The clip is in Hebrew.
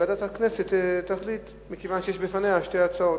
ועדת הכנסת תחליט, מכיוון שיש בפניה שתי הצעות.